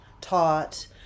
taught